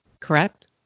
Correct